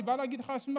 אני בא להגיד לך משהו,